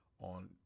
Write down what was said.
on